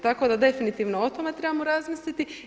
Tako da definitivno o tome trebamo razmisliti.